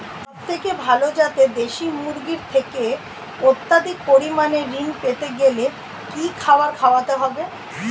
সবথেকে ভালো যাতে দেশি মুরগির থেকে অত্যাধিক পরিমাণে ঋণ পেতে গেলে কি খাবার খাওয়াতে হবে?